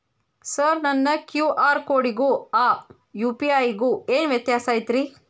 Sir ನನ್ನ QR ಕೊಡಿಗೂ ಆ ಯು.ಪಿ.ಐ ಗೂ ಏನ್ ವ್ಯತ್ಯಾಸ ಐತ್ರಿ?